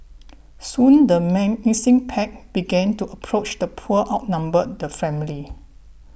soon the menacing pack began to approach the poor outnumbered the family